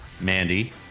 Mandy